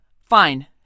Fine